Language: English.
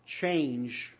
change